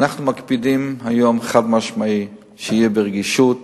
אנחנו מקפידים היום, חד-משמעית, שזה יהיה ברגישות,